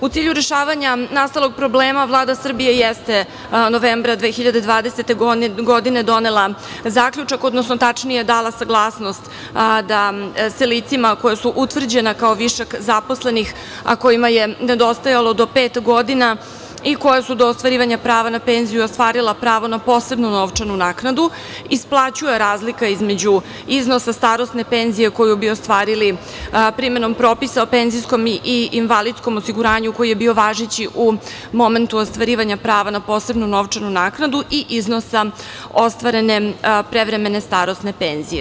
U cilju rešavanja nastalog problema Vlada Srbije jeste novembra 2020. godine donela zaključak, odnosno tačnije, dala saglasnost da se licima koja su utvrđena kao višak zaposlenih, a kojima je nedostajalo do pet godina i koja su do ostvarivanja prava na penziju ostvarila pravo na posebnu novčanu naknadu, isplaćuje razlika između iznosa starosne penzije koju bi ostvarili primenom propisa o penzijskom i invalidskom osiguranju koji je bio važeći u momentu ostvarivanja prava na posebnu novčanu naknadu i iznosa ostvarene prevremene starosne penzije.